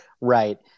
Right